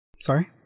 Sorry